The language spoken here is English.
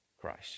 Christ